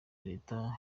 leta